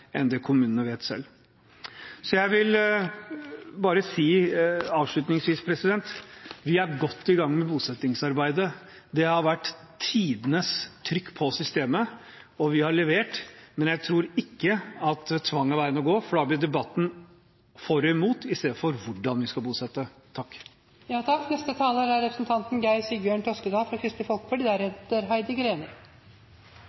enn kommunene selv. Avslutningsvis vil jeg bare si at vi er godt i gang med bosettingsarbeidet. Det har vært tidenes trykk på systemet, og vi har levert. Men jeg tror ikke at tvang er veien å gå, for da blir debatten om man er for eller imot, istedenfor om hvordan vi skal bosette.